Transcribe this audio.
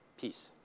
peace